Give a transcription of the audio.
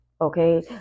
Okay